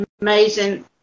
amazing